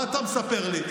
מה אתה מספר לי,